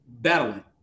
battling